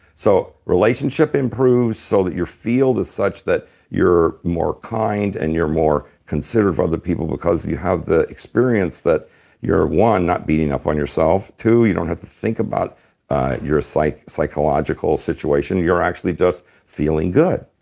so relationship improves so that your field is such that you're more kind and you're more considerate of other people because you have the experience that you're one, not beating up on yourself two, you don't have to think about your like psychological situation. you're actually just feeling good.